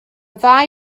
ddau